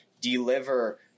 deliver